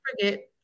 forget